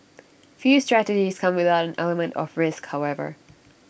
few strategies come without an element of risk however